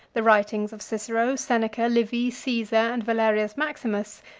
the writings of cicero, seneca, livy, caesar, and valerius maximus,